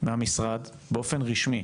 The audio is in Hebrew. מהמשרד באופן רשמי